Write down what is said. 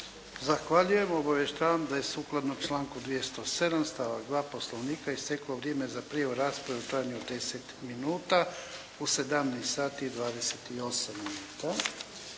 Zahvaljujem. Obavještavam da je sukladno članku 207. stavak 2. Poslovnika isteklo vrijeme za prijavu u raspravu u trajanju od 10 minuta, u 17